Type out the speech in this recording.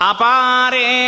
Apare